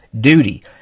duty